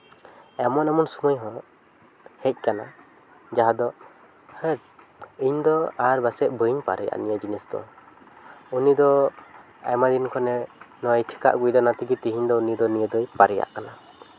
ᱮᱢᱚᱱ ᱮᱢᱚᱱ ᱥᱚᱢᱚᱭ ᱦᱚᱸ ᱦᱮᱡ ᱟᱠᱟᱱᱟ ᱡᱟᱦᱟᱸ ᱫᱚ ᱦᱮᱸ ᱤᱧ ᱫᱚ ᱯᱟᱥᱮᱡ ᱟᱨ ᱵᱟᱹᱧ ᱫᱟᱲᱮᱭᱟᱜᱼᱟ ᱱᱤᱭᱟᱹ ᱡᱤᱱᱤᱥ ᱫᱚ ᱩᱱᱤ ᱫᱚ ᱟᱭᱢᱟ ᱫᱤᱱ ᱠᱷᱚᱱᱮ ᱱᱚᱣᱟᱭ ᱪᱤᱠᱟᱹ ᱟᱹᱜᱩᱭᱮᱫᱟ ᱚᱱᱟ ᱛᱮᱜᱮ ᱛᱮᱦᱤᱧ ᱫᱚ ᱩᱱᱤ ᱫᱚ ᱱᱤᱭᱟᱹ ᱫᱚᱭ ᱫᱟᱲᱮᱭᱟᱜ ᱠᱟᱱᱟ